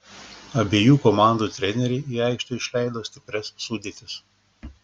abiejų komandų treneriai į aikštę išleido stiprias sudėtis